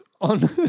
on